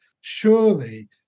Surely